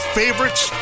favorites